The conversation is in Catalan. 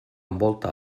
envolta